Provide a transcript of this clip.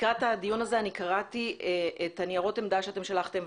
לקראת הדיון הזה אני קראתי את ניירות העמדה שאתם שלחתם,